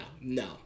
no